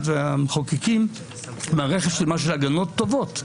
והמחוקקים יצרנו מערכת שלמה של הגנות טובות.